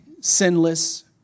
sinless